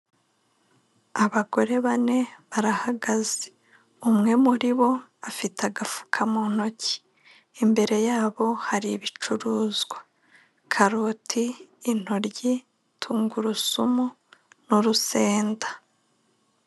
Abagore bane barahagaze. Umwe muri bo afite agafuka mu ntoki imbere yabo hari ibicuruzwa karoti, intoryi, tungurusumu n'urusenda